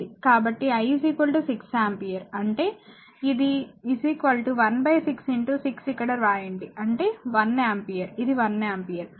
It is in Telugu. కాబట్టి I 6 ఆంపియర్ అంటే ఇది 1 6 6 ఇక్కడ వ్రాయండి అంటే 1 ఆంపియర్ ఇది 1 ఆంపియర్